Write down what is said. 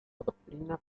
doctrina